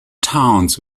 towns